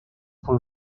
por